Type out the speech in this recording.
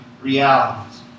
realities